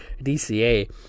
DCA